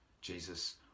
Jesus